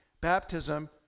Baptism